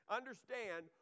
understand